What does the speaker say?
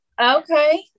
Okay